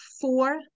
four